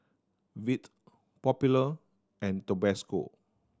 Veet Popular and Tabasco